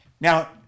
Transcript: Now